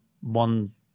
one